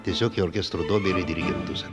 tiesiog į orkestro duobę ir į dirigentus